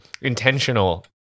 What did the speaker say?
intentional